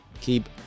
Keep